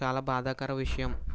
చాలా బాధాకర విషయం